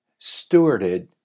stewarded